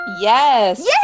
Yes